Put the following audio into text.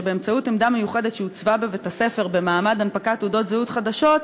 שבאמצעות עמדה מיוחדת שהוצבה בבית-הספר במעמד הנפקת תעודות זהות חדשות,